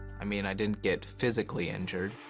i mean, i didn't get physically injured.